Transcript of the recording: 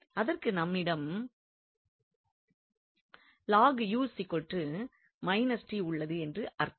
அதற்கு நம்மிடம் உள்ளது என்று அர்த்தம்